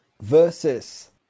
Versus